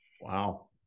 wow